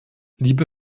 liebe